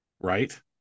Right